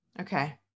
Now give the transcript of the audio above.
okay